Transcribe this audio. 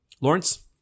Lawrence